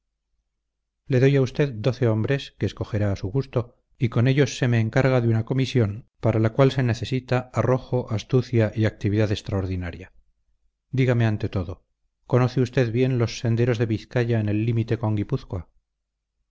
le doy a usted doce hombres que escogerá a su gusto y con ellos se me encarga de una comisión para la cual se necesita arrojo astucia y actividad extraordinaria dígame ante todo conoce usted bien los senderos de vizcaya en el límite con